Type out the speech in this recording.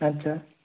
আচ্ছা